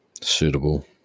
suitable